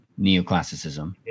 neoclassicism